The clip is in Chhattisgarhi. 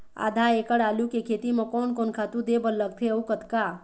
आधा एकड़ आलू के खेती म कोन कोन खातू दे बर लगथे अऊ कतका?